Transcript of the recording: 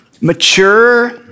Mature